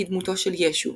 היא דמותו של ישו.